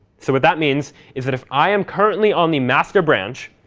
so what that means is that if i am currently on the master branch,